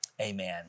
Amen